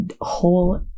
whole